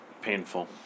painful